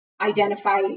identify